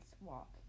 walk